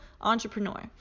entrepreneur